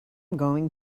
going